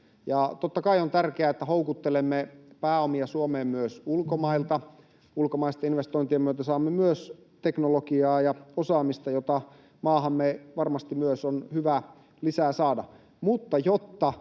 Ja totta kai on tärkeää, että houkuttelemme pääomia Suomeen myös ulkomailta. Ulkomaisten investointien myötä saamme myös teknologiaa ja osaamista, jota maahamme varmasti myös on hyvä lisää saada.